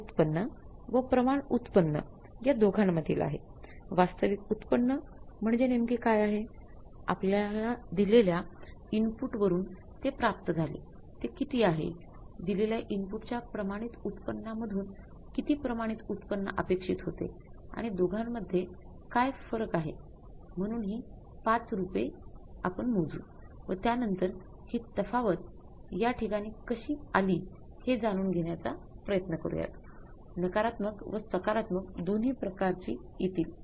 उत्पन्न भिन्नता आपण मोजू व त्यांनतर हि तफावत या ठिकाणी कशी आली हे जाणून घेण्याचा प्रयत्न करू त्यात नकारात्मक व सकारात्मक दोन्ही प्रकारची येतील